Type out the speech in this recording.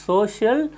Social